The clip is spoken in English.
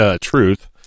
truth